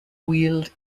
weald